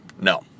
No